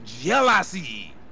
jealousy